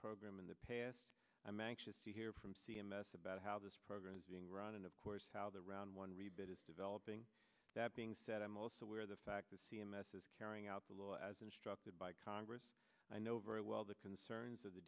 program in the past i'm anxious to hear from c m s about how this program is being run and of course how the round one rebate is developing that being said i'm also aware the fact that c m s is carrying out the law as instructed by congress i know very well the concerns of the